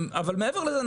אבל מעבר לזה,